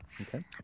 Okay